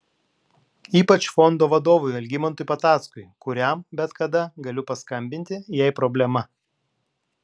ypač fondo vadovui algimantui patackui kuriam bet kada galiu paskambinti jei problema